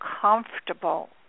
comfortable